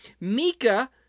Mika